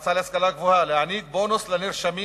המועצה להשכלה גבוהה להעניק בונוס לנרשמים